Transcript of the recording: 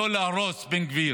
לא להרוס, בן גביר.